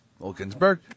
Wilkinsburg